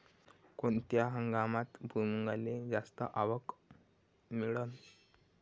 कोनत्या हंगामात भुईमुंगाले जास्त आवक मिळन?